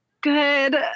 good